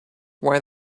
why